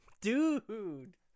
Dude